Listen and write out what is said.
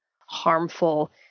harmful